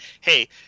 hey